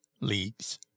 leagues